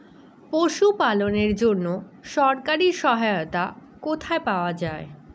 পশু পালনের জন্য সরকারি সহায়তা কোথায় পাওয়া যায়?